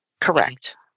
Correct